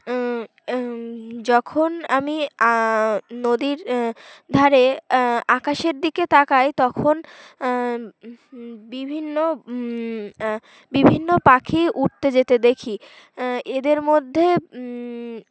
যখন আমি নদীর ধারে আকাশের দিকে তাকাই তখন বিভিন্ন বিভিন্ন পাখি উঠতে যেতে দেখি এদের মধ্যে